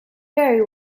very